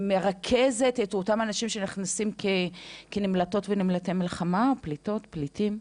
שמרכזת את אותם אנשים שנכנסים כנמלטות ונמלטי מלחמה או פליטות ופליטים?